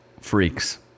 freaks